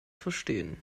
verstehen